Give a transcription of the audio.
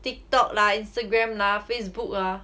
TikTok lah Instagram lah Facebook lah